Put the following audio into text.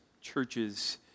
churches